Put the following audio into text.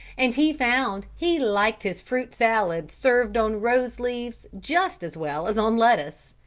and he found he liked his fruit salad served on rose leaves just as well as on lettuce.